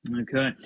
Okay